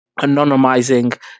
anonymizing